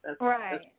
Right